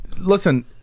listen